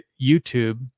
youtube